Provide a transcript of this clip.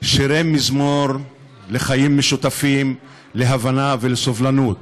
שירי מזמור לחיים משותפים, להבנה ולסובלנות.